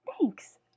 thanks